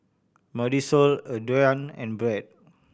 Marisol Adriane and Brad